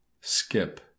Skip